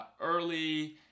early